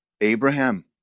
Abraham